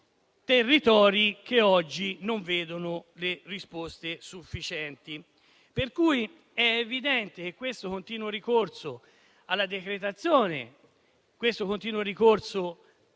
territori che oggi non vedono risposte sufficienti. È evidente che questo continuo ricorso alla decretazione e il continuo ricorso